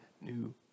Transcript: new